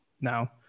now